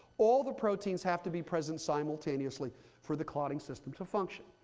all the proteins have to be present simultaneously for the clotting system to function.